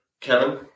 Kevin